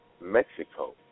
Mexico